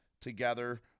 together